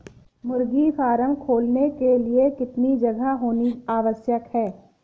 मुर्गी फार्म खोलने के लिए कितनी जगह होनी आवश्यक है?